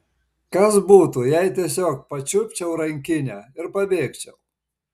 kas būtų jei tiesiog pačiupčiau rankinę ir pabėgčiau